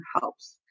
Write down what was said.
helps